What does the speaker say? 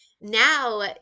now